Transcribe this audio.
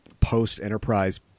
post-Enterprise